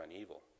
evil